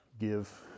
give